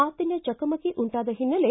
ಮಾತಿನ ಚಕಮಕಿ ಉಂಟಾದ ಹಿನ್ನೆಲೆ